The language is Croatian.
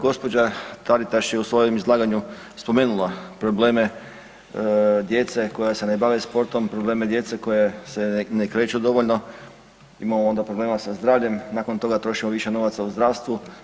Gđa. Taritaš je u svojem izlaganju spomenula probleme djece koja se ne bave sportom, probleme djece koja se ne kreću dovoljno, imamo onda problema sa zdravljem, nakon toga trošimo više novaca u zdravstvu.